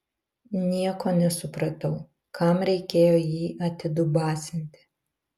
nieko nesupratau kam reikėjo jį atidubasinti